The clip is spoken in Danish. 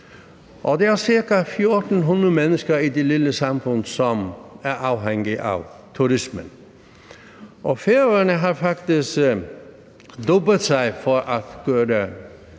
og der er ca. 1.400 mennesker i det lille samfund, som er afhængige af turismen. Færøerne har faktisk rubbet sig for at gøre